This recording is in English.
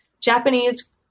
Japanese